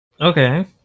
Okay